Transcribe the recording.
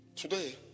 Today